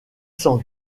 cent